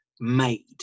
made